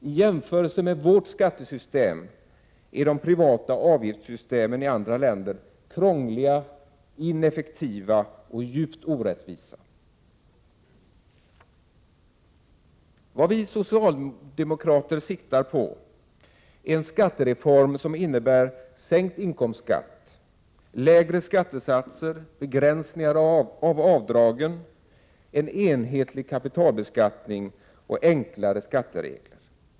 I jämförelse med vårt skattesystem är de privata avgiftssystemen i andra länder krångliga, ineffektiva och djupt orättvisa. Vad vi socialdemokrater siktar på är en skattereform som innebär sänkt inkomstskatt, lägre skattesatser, begränsningar av avdragen, en enhetlig kapitalbeskattning och enklare skatteregler.